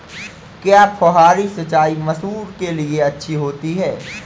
क्या फुहारी सिंचाई मसूर के लिए अच्छी होती है?